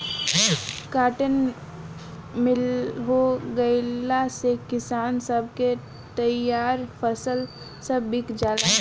cotton mill हो गईला से किसान सब के तईयार फसल सब बिका जाला